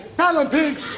tell him, pinx.